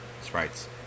Sprites